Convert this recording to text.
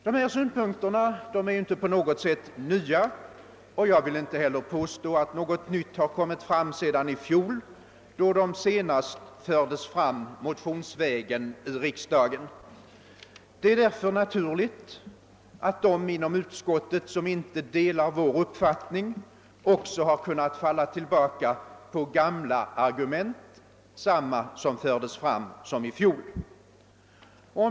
Dessa synpunkter är inte nya, och jag vill inte påstå att något nytt kommit fram sedan i fjol då de senast motionsvägen fördes fram i riksdagen. Det är därför naturligt att de ledamöter inom utskottet, som inte delar vår uppfattning, också kunnat falla tillbaka på samma argument som fördes fram i fjol.